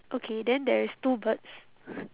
okay then there is two birds